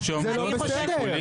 זה לא בסדר.